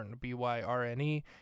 B-Y-R-N-E